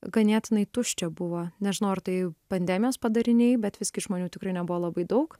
ganėtinai tuščia buvo nežinau ar tai pandemijos padariniai bet visgi žmonių tikrai nebuvo labai daug